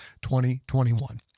2021